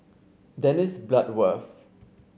Dennis Bloodworth